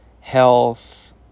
health